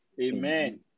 Amen